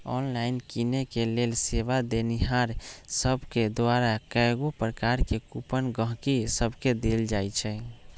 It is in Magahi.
ऑनलाइन किनेके लेल सेवा देनिहार सभके द्वारा कएगो प्रकार के कूपन गहकि सभके देल जाइ छइ